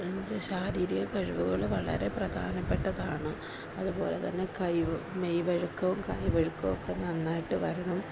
അതിൻ്റെ ശാരീരിക കഴിവുകള് വളരെ പ്രധാനപ്പെട്ടതാണ് അതുപോലെ തന്നെ കഴിവ് മെയ്വഴക്കവും കൈവഴക്കവും ഒക്കെ നന്നായിട്ടു വരണം